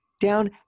Down